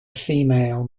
female